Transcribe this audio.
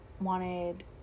wanted